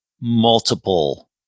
multiple